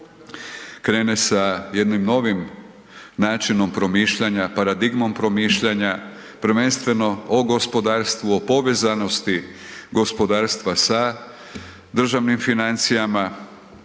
krene sa jednim novim načinom promišljanja, paradigmom promišljanja, prvenstveno o gospodarstvu, o povezanosti gospodarstva sa državnim financijama,